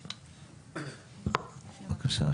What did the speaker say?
בבקשה.